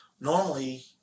normally